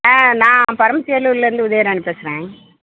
ஆ நான் பரமத்தி வேலூர்லேருந்து உதயராணி பேசுகிறேன்